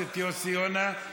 הכנסת יוסי יונה.